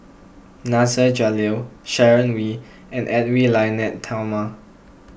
Nasir Jalil Sharon Wee and Edwy Lyonet Talma